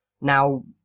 now